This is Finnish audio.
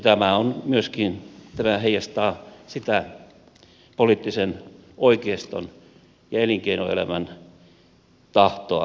tämä on aivan fakta ja tämä myös heijastaa poliittisen oikeiston ja elinkeinoelämän tahtotilaa